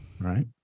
right